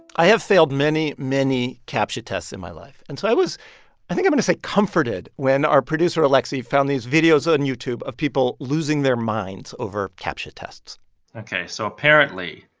i have failed many, many captcha tests in my life. and so i was i think i'm going to say comforted when our producer alexi found these videos on youtube of people losing their minds over captcha tests ok, so apparently,